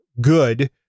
good